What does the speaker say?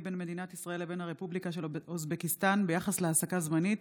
בין מדינת ישראל לבין הרפובליקה של אוזבקיסטאן ביחס להעסקה זמנית